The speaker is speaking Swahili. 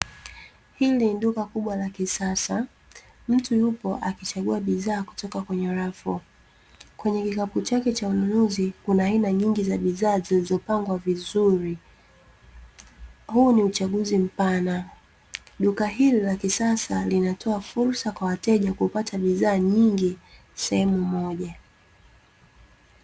Hili ni duka kubwa la kisasa. Mtu yupo akichagua bidhaa kutoka kwenye rafu. Kwenye kikapu chake cha ununuzi kuna aina nyingi za bidhaa zilizopangwa vizuri; huu ni uchaguzi mpana. Duka hili la kisasa linatoa fursa kwa wateje kupata bidhaa nyingi sehemu moja .